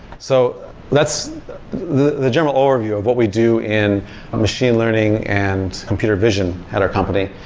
so that's the the general overview of what we do in machine learning and computer vision at our company.